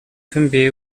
分别